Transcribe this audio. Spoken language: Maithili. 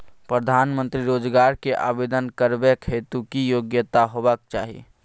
प्रधानमंत्री रोजगार के आवेदन करबैक हेतु की योग्यता होबाक चाही?